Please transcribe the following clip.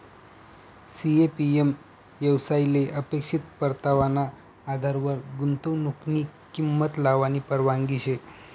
CAPM येवसायले अपेक्षित परतावाना आधारवर गुंतवनुकनी किंमत लावानी परवानगी शे